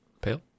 Pale